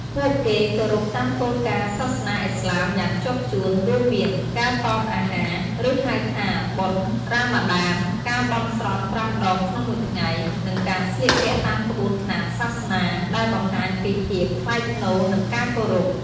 ពួកគេគោរពតាមគោលការណ៍សាសនាឥស្លាមយ៉ាងខ្ជាប់ខ្ជួន រួមមាន ការតមអាហារ ឬហៅថាបុណ្យរ៉ាម៉ាឌាន ការបន់ស្រន់ប្រាំដងក្នុងមួយថ្ងៃ និងការស្លៀកពាក់តាមក្បួនខ្នាតសាសនា ដែលបង្ហាញពីភាពថ្លៃថ្នូរ និងការគោរព។